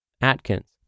Atkins